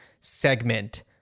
segment